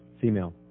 Female